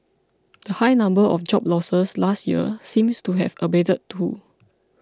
the high number of job losses last year seems to have abated too